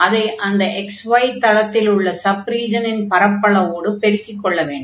அதை அந்த x y தளத்தில் உள்ள சப் ரீஜனின் பரப்பளவோடு பெருக்கிக் கொள்ள வேண்டும்